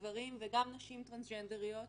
גברים וגם נשים טרנסג'נדריות